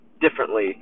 differently